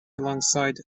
alongside